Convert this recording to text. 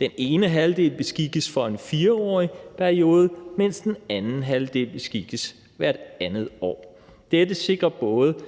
Den ene halvdel beskikkes for en 4-årig periode, mens den anden halvdel beskikkes hvert andet år. Dette sikrer både